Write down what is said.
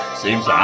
seems